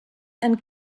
and